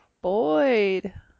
Boyd